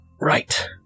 right